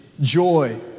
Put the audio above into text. joy